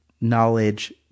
knowledge